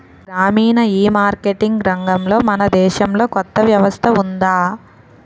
గ్రామీణ ఈమార్కెటింగ్ రంగంలో మన దేశంలో కొత్త వ్యవస్థ ఉందా?